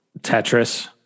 tetris